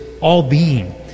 all-being